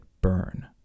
burn